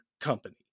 company